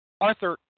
Arthur